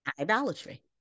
Idolatry